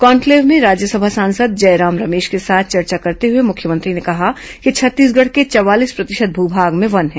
conclave में राज्यसभा सांसद जयराम रमेश के साथ चर्चा करते हुए मुख्यमंत्री ने कहा कि छत्तीसगढ़ के चवालीस प्रतिशत भू भाग में वन हैं